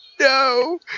No